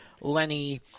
Lenny